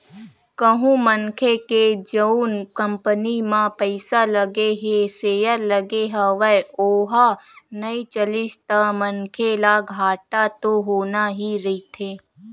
कहूँ मनखे के जउन कंपनी म पइसा लगे हे सेयर लगे हवय ओहा नइ चलिस ता मनखे ल घाटा तो होना ही रहिथे